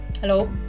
Hello